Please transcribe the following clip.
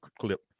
clip